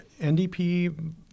NDP